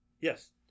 Yes